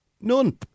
None